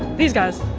these guys,